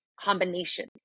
combination